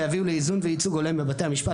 ויביאו לאיזון וייצוג הולם בבתי המשפט